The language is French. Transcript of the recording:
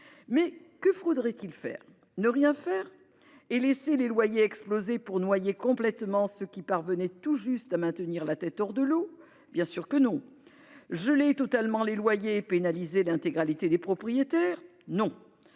loyer. Faudrait-il ne rien faire et laisser les loyers exploser pour noyer complètement ceux qui parvenaient tout juste à maintenir la tête hors de l'eau ? Bien sûr que non ! Geler totalement les loyers et pénaliser l'intégralité des propriétaires ? Non